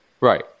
Right